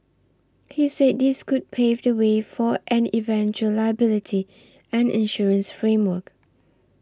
he say this could pave the way for an eventual liability and insurance framework